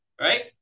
Right